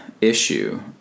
issue